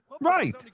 Right